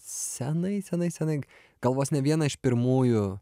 senai senai senai gal vos ne vieną iš pirmųjų